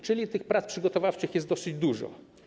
Czyli prac przygotowawczych jest dosyć dużo.